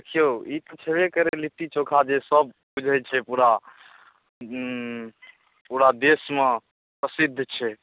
देखिऔ ई तऽ छेबे करै लिट्टी चोखा जे सब बुझै छै पूरा पूरा देशमे प्रसिद्ध छै